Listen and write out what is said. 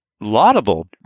Laudable